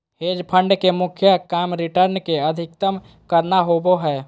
hedge fund के मुख्य काम रिटर्न के अधीकतम करना होबो हय